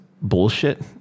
bullshit